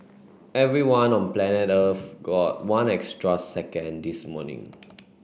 everyone on planet Earth got one extra second this morning